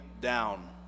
down